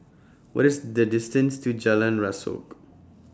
What IS The distance to Jalan Rasok